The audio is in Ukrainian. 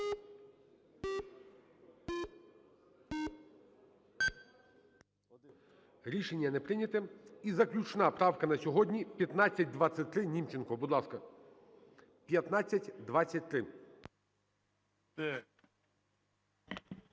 Рішення не прийнято. І заключна правка на сьогодні – 1523. Німченко, будь ласка, 1523.